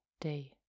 day